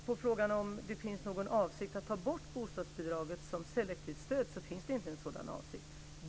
På frågan om det finns någon avsikt att ta bort bostadsbidraget som selektivt stöd kan jag svara att det inte finns någon sådan avsikt.